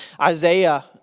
Isaiah